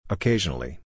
Occasionally